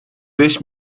beş